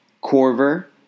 Corver